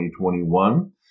2021